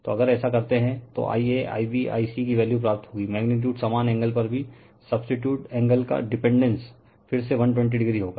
तो अगर ऐसा करते हैं तो I a Ib I c कि वैल्यू प्राप्त होगी मैग्नीटीयूड समान एंगल पर भी सबसिटीयूड एंगल का डिपेंडेंस फिर से 120o होगा